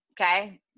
okay